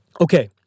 Okay